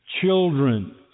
children